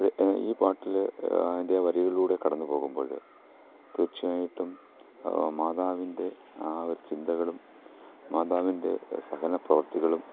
ഈ പാട്ടിൽ അതിൻ്റെ വരിയിലൂടെ കടന്ന് പോകുമ്പോൾ തീർച്ചയായിട്ടും മാതാവിൻ്റെ ആ ഒരു ചിന്തകളും മാതാവിൻ്റെ സഹനപ്രവർത്തികളും